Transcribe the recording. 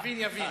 המבין יבין.